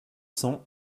cents